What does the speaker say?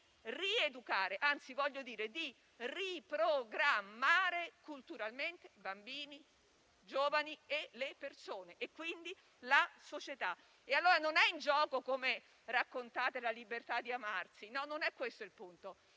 di rieducare, anzi voglio dire di riprogrammare culturalmente i bambini, i giovani, le persone e quindi la società. Quindi, non è in gioco, come raccontate, la libertà di amarsi; non è questo il punto,